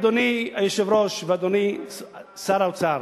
אדוני היושב-ראש ואדוני שר האוצר,